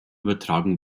übertragen